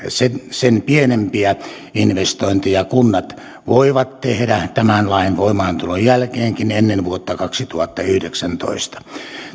sen pienempiä investointeja kunnat voivat tehdä tämän lain voimaantulon jälkeenkin ennen vuotta kaksituhattayhdeksäntoista